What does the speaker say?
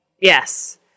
Yes